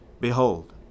Behold